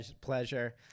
pleasure